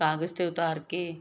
ਕਾਂਗਜ਼ ਤੇ ਉਤਾਰ ਕੇ